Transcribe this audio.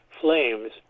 flames